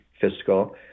fiscal